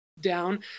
down